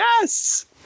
Yes